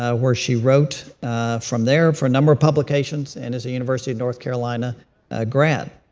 ah where she wrote from there for a number of publications, and is a university of north carolina grad.